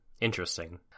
Interesting